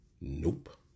Nope